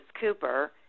Cooper